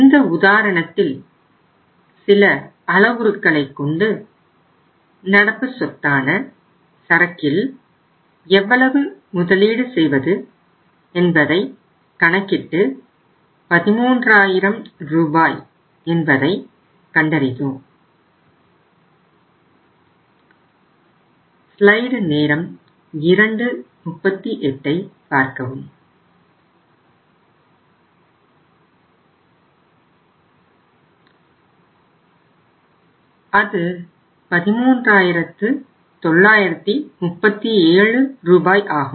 இந்த உதாரணத்தில் சில அளவுருக்களைக் கொண்டு நடப்பு சொத்தான சரக்கில் எவ்வளவு முதலீடு செய்வது என்பதை கணக்கிட்டு 13000 ரூபாய் என்பதை கண்டறிந்தோம் அது 13937 ரூபாய் ஆகும்